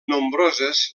nombroses